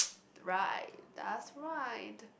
right that's right